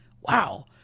Wow